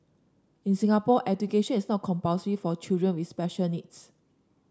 in Singapore education is not compulsory for children with special needs